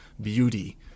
beauty